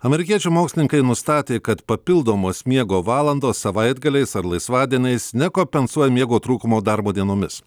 amerikiečių mokslininkai nustatė kad papildomos miego valandos savaitgaliais ar laisvadieniais nekompensuoja miego trūkumo darbo dienomis